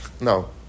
No